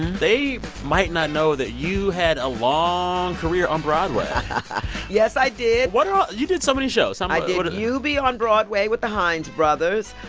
they might not know that you had a long career on broadway yes, i did what are you did so many shows um i did eubie! on broadway with the hines brothers,